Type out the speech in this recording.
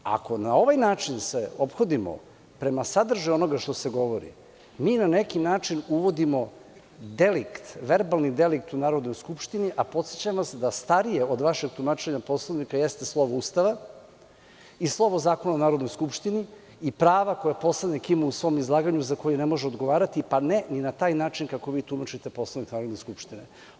Ako na ovaj način se ophodimo prema sadržaju onoga što se govori, mi na neki način uvodimo delikt, verbalni delikt u Narodnoj skupštini, a podsećam vas da starije od vašeg tumačenja Poslovnika jeste slovo Ustava i slovo Zakona o Narodnoj skupštini i prava koja poslanik ima u svom izlaganju za koje ne može odgovarati, pa ne i na taj način kako vi tumačite Poslovnik Narodne skupštine.